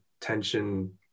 tension